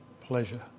pleasure